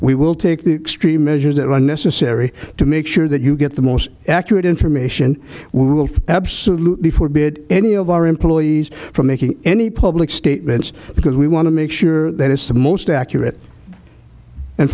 we will take the extreme measures that are necessary to make sure that you get the most accurate information we will absolutely forbidden any of our employees from making any public statements because we want to make sure that it's the most accurate and